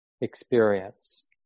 experience